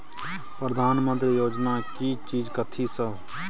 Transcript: प्रधानमंत्री योजना की चीज कथि सब?